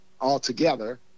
altogether